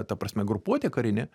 ta prasme grupuotė karinė